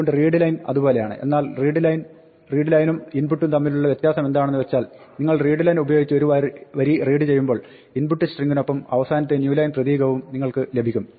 അതുകൊണ്ട് readline അതുപോലെയാണ് എന്നാൽ readline ഉം input ഉം തമ്മിലുള്ള വ്യത്യാസമെന്താണെന്ന് വെച്ചാൽ നിങ്ങൾ readline ഉപയോഗിച്ച് ഒരു വരി റീഡ് ചെയ്യുമ്പോൾ ഇൻപുട്ട് സ്ട്രിങ്ങിനൊപ്പം അവസാനത്തെ ന്യൂ ലൈൻ പ്രതീകവും നിങ്ങൾക്ക് ലഭിക്കും